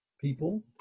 people